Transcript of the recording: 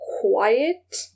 quiet